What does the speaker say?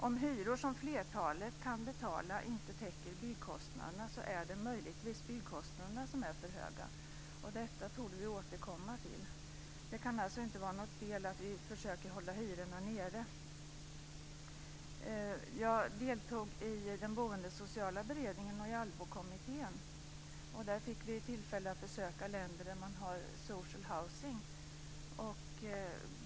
Om hyror som flertalet kan betala inte täcker byggkostnaderna är det möjligtvis byggkostnaderna som är för höga. Detta torde vi återkomma till. Det kan inte vara något fel i att vi försöker hålla hyrorna nere. Jag deltog i den boendesociala beredningen och i Allbokommittén. Där fick vi tillfälle att besöka länder med social housing.